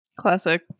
classic